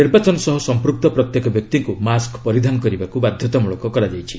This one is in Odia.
ନିର୍ବାଚନ ସହ ସମ୍ପୃକ୍ତ ପ୍ରତ୍ୟେକ ବ୍ୟକ୍ତିଙ୍କୁ ମାସ୍କ୍ ପରିଧାନ କରିବାକୁ ବାଧ୍ୟତାମୂଳକ କରାଯାଇଛି